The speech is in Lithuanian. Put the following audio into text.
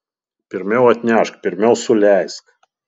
pirmiau atnešk pirmiau suleisk